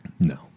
No